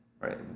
right